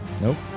Nope